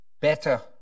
better